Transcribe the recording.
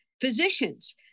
physicians